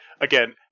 again